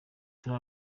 turi